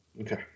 Okay